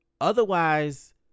otherwise